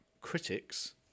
critics